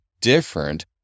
different